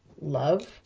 love